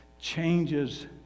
changes